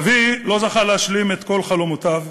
אבי לא זכה להשלים את כל חלומותיו.